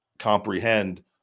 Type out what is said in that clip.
comprehend